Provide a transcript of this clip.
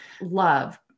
love